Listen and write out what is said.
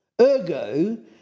Ergo